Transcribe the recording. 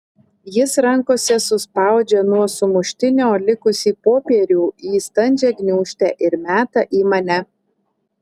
jis rankose suspaudžia nuo sumuštinio likusį popierių į standžią gniūžtę ir meta į mane